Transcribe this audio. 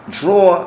draw